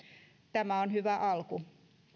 tämä on hyvä alku